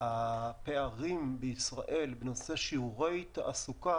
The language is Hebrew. הפערים בישראל בנושא שיעורי תעסוקה